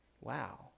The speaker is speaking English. wow